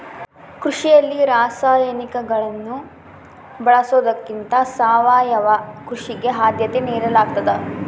ಕೃಷಿಯಲ್ಲಿ ರಾಸಾಯನಿಕಗಳನ್ನು ಬಳಸೊದಕ್ಕಿಂತ ಸಾವಯವ ಕೃಷಿಗೆ ಆದ್ಯತೆ ನೇಡಲಾಗ್ತದ